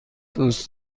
دوست